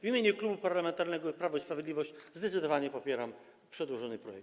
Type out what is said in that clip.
W imieniu Klubu Parlamentarnego Prawo i Sprawiedliwość zdecydowanie popieram przedłożony projekt.